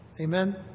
Amen